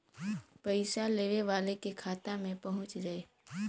पइसा लेवे वाले के खाता मे पहुँच जाई